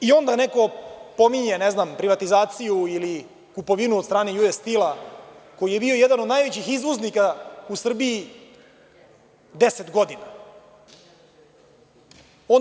I onda neko pominje privatizaciju ili kupovinu od strane „Ju Es Stila“, koji je bio jedan od najvećih izvoznika u Srbiji deset godina.